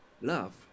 love